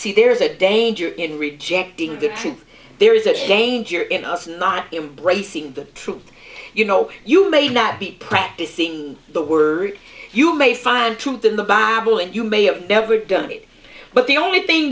see there's a danger in rejecting the truth there is a danger in us not embracing the truth you know you may not be practicing the word you may find truth in the bible and you may have never done it but the only thing